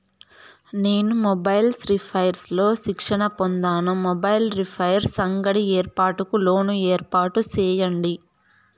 నేను mobiles repairs లో శిక్షణ పొందాను, మొబైల్ రిపైర్స్ అంగడి ఏర్పాటుకు లోను ఏర్పాటు సేయండి?